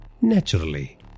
naturally